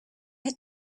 had